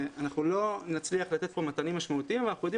שלא נצליח לתת כאן דברים משמעותיים אבל אנחנו יודעים